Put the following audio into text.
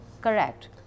Correct